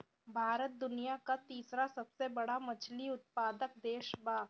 भारत दुनिया का तीसरा सबसे बड़ा मछली उत्पादक देश बा